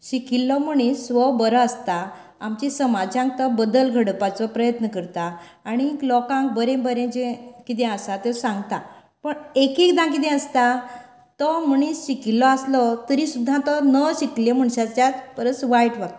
शिकिल्लो मनीस हो बरो आसता आमच्या समाजात तो बदल घडोवपाचो प्रयत्न करता आनी लोकांक बरें बरें जे कितें आसा तें सांगता पूण एक एकदा कितें आसता तो मनीस शिकिल्लो आसलो तरी सुद्दां तो शिकिल्ल्या मनशाच्याच परस वायट वागता